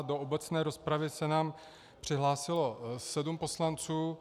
Do obecné rozpravy se nám přihlásilo sedm poslanců.